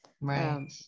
Right